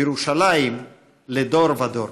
וירושלם לדור ודור".